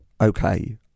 Okay